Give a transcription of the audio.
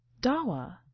Dawa